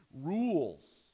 rules